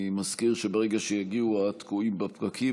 אני מזכיר שברגע שיגיעו התקועים בפקקים